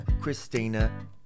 Christina